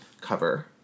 cover